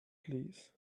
please